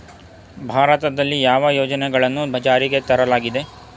ಭಾರತದಲ್ಲಿ ಯಾವ ಯೋಜನೆಗಳನ್ನು ಜಾರಿಗೆ ತರಲಾಗಿದೆ?